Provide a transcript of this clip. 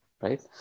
Right